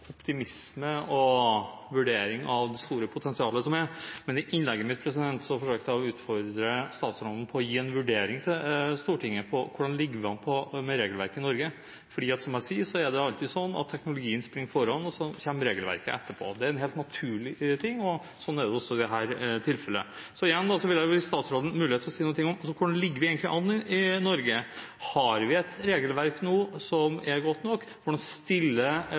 optimisme og vurdering av det store potensialet som er, men i innlegget mitt forsøkte jeg å utfordre statsråden på å gi en vurdering til Stortinget av hvordan vi ligger an med regelverket i Norge. Som jeg sier, er det alltid sånn at teknologien springer foran, og så kommer regelverket etterpå. Det er en helt naturlig ting, og sånn er det også i dette tilfellet. Så igjen vil jeg gi statsråden mulighet til å si noe om hvordan vi egentlig ligger an i Norge. Har vi et regelverk nå som er godt nok? Hvordan stiller statsråden seg til å vurdere forskrifter som gir mulighet til å dispensere fra eventuelle forskrifter og lover som er hindrende for